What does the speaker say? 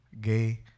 Gay